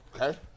Okay